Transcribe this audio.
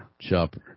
Chopper